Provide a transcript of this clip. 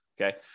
Okay